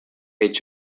edge